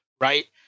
right